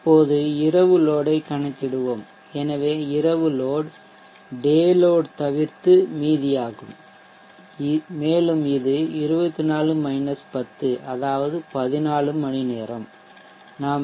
இப்போது இரவு லோட் ஐ கணக்கிடுவோம் எனவே இரவு லோட் டே லோட் தவிர்த்து மீதியாகும் மேலும் இது 24 10 அதாவது 14 மணிநேரம் ஆகும்